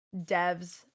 devs